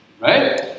Right